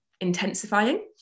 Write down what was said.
intensifying